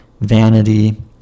vanity